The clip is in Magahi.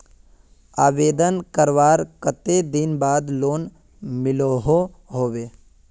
आवेदन करवार कते दिन बाद लोन मिलोहो होबे?